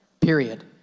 period